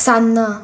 सान्न